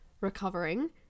recovering